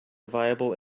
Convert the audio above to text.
viable